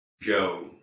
Joe